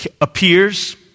Appears